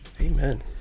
Amen